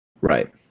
right